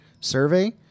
survey